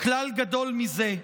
כלל גדול מזה".